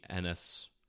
NS